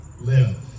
live